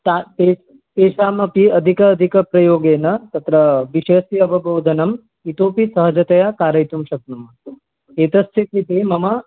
ता ते तेषामपि अधिक अधिक प्रयोगेण तत्र विषयस्य अवबोधनम् इतोऽपि सहजतया कारयितुं शक्नुमः एतस्य कृते मम